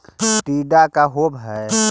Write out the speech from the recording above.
टीडा का होव हैं?